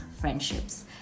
friendships